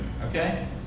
okay